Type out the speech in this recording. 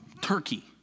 Turkey